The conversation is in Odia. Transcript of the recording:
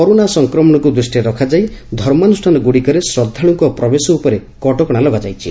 କରୋନା ସଂକ୍ରମଣକୁ ଦୂଷ୍ଟିରେ ରଖାଯାଇ ଧର୍ମାନୁଷାନଗୁଡ଼ିକରେ ଶ୍ରଦ୍ଧାଳୁଙ୍କ ପ୍ରବେଶ ଉପରେ କଟକଶା ଲଗାଯାଇଛି